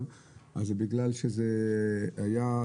זה בגלל שזה מוצלח.